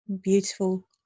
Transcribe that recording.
beautiful